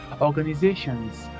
organizations